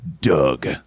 Doug